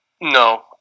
No